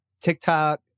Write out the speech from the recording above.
TikTok